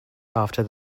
after